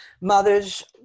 Mothers